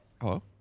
Hello